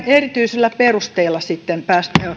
erityisillä perusteilla saisi sitten